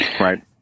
right